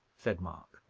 said mark.